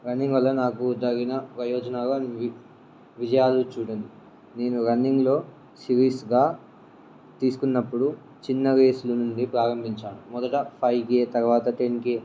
running వల్ల నాకు జరిగిన ప్రయోజనాలు విజయాలను చూడండి నేను రన్నింగ్లో సిరీస్గా తీసుకున్నప్పుడు చిన్న రేసుల నుండి ప్రారంభించాను మొదట ఫైవ్ కేే తర్వాత టెన్ కేే